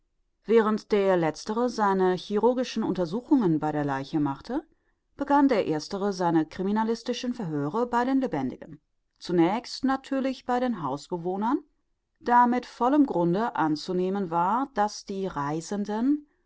während der letztere seine chirurgischen untersuchungen bei der leiche machte begann der erstere seine criminalistischen verhöre bei den lebendigen zunächst natürlich bei den hausbewohnern da mit vollem grunde anzunehmen war daß die reisenden